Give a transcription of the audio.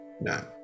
No